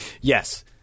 Yes